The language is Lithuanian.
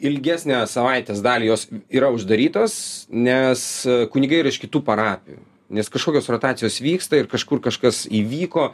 ilgesnę savaitės dalį jos yra uždarytos nes kunigai yra iš kitų parapijų nes kažkokios rotacijos vyksta ir kažkur kažkas įvyko